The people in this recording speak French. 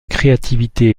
créativité